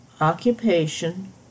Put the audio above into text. Occupation